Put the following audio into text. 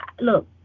Look